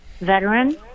veteran